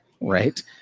right